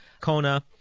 Kona